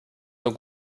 nur